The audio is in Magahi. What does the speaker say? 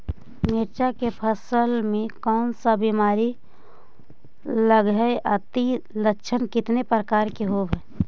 मीरचा के फसल मे कोन सा बीमारी लगहय, अती लक्षण कितने प्रकार के होब?